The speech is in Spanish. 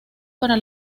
para